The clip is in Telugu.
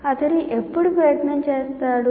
అతను ఎప్పుడు ప్రయత్నం చేస్తాడు